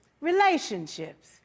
Relationships